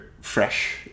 fresh